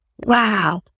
Wow